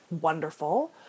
wonderful